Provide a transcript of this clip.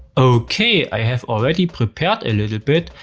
ok, i have already prepared a little bit.